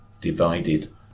divided